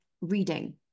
reading